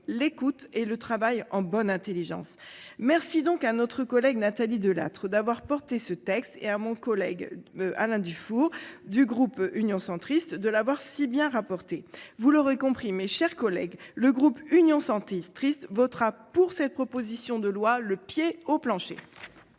l'écoute et le travail en bonne intelligence. Merci donc à notre collègue Nathalie Delattre d'avoir porté ce texte et à mon collègue Alain Dufour du groupe Union Centriste de l'avoir si bien rapporté. Vous l'aurez compris, mes chers collègues, le groupe Union Centriste votera pour cette proposition de loi le pied au plancher.